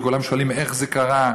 וכולם שואלים איך זה קרה,